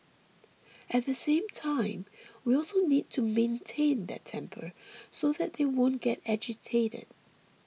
at the same time we also need to maintain their temper so that they won't get agitated